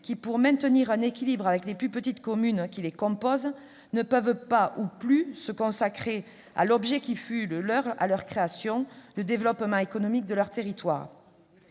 qui, pour maintenir un équilibre avec les plus petites communes qui les composent, ne peuvent pas ou ne peuvent plus se consacrer à l'objet qui fut le leur à leur création, le développement économique de leur territoire.